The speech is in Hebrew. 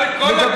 נכשל.